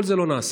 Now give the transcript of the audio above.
כל זה לא נעשה.